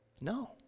No